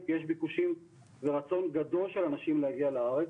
יש ביקושים ורצון גדול של אנשים להגיע לארץ.